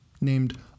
named